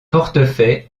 portefaix